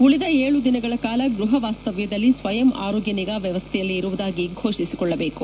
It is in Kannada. ಉಳಿದ ಏಳು ದಿನಗಳ ಕಾಲ ಗೃಹ ವಾಸ್ತವ್ಯದಲ್ಲಿ ಸ್ವಯಂ ಆರೋಗ್ಯ ನಿಗಾ ವ್ಯವಸ್ಥೆಯಲ್ಲಿ ಇರುವುದಾಗಿ ಘೋಷಿಸಿಕೊಳ್ಳಬೇಕು